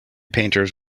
painters